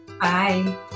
Bye